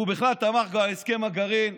והוא בכלל תמך בהסכם הגרעין.